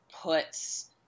puts